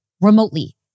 remotely